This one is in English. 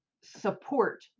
support